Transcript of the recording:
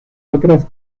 otras